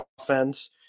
offense